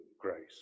grace